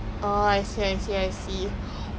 I'll probably choose indian since I'm like used to it